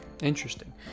Interesting